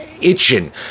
itching